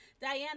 Diana